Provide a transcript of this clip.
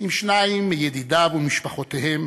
עם שניים מידידיהם ומשפחותיהם,